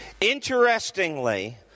Interestingly